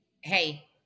hey